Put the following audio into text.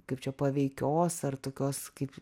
kaip čia paveikios ar tokios kaip